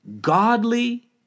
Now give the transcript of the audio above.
godly